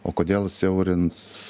o kodėl siaurins